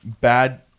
bad